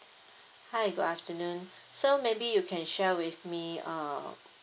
hi good afternoon so maybe you can share with me uh